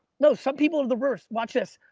no, some people in reverse, watch this.